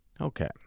Okay